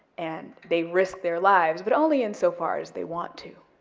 and they risk their lives, but only in so far as they want to.